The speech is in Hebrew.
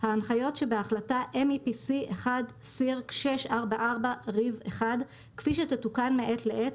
ההנחיות שבהחלטה MEPC (63)220 כפי שתתוקן מעת לעת,